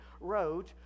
wrote